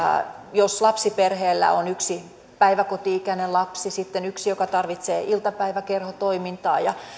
jos lapsiperheellä on yksi päiväkoti ikäinen lapsi sitten yksi joka tarvitsee iltapäiväkerhotoimintaa ja